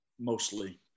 mostly